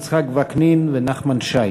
יצחק וקנין ונחמן שי.